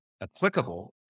applicable